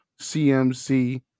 CMC